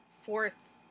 fourth